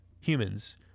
humans